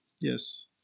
yes